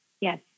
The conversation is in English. yes